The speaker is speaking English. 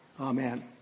Amen